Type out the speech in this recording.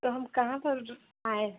तो हम कहाँ पर आएँ